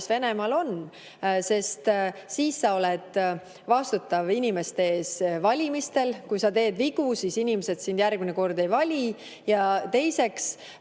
mis Venemaal on, sest siis sa oled valimistel inimeste ees vastutav. Kui sa teed vigu, siis inimesed sind järgmine kord ei vali. Ja teiseks,